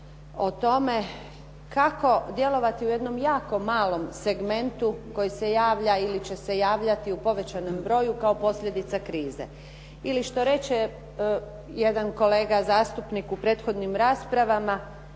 o tome kako djelovati u jednom jako malom segmentu koji se javlja ili će se javljati u povećanom broju kao posljedica krize. Ili što reče jedan kolega zastupnik u prethodnim raspravama,